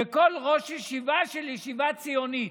וכל ראש ישיבה של ישיבת ציונית.